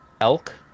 elk